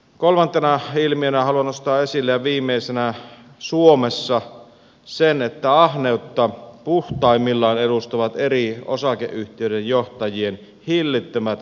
kolmantena ja viimeisenä ilmiönä haluan nostaa esille suomessa sen että ahneutta puhtaimmillaan edustavat eri osakeyhtiöiden johtajien hillittömät bonus ja optiojärjestelmät